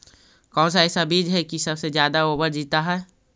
कौन सा ऐसा बीज है की सबसे ज्यादा ओवर जीता है?